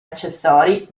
accessori